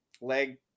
leg